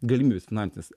galimybes finansines